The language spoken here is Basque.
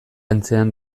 antzean